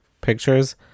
pictures